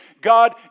God